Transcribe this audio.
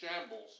shambles